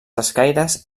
escaires